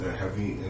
heavy